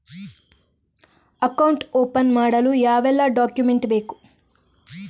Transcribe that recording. Account open ಮಾಡಲು ಯಾವೆಲ್ಲ document ಬೇಕು?